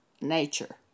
nature